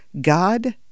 God